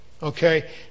Okay